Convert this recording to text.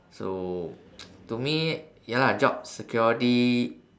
so to me ya lah jobs security